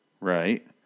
right